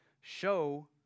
show